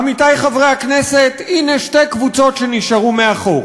עמיתי חברי הכנסת, הנה שתי קבוצות שנשארו מאחור: